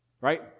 Right